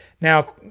now